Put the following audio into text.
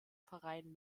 verein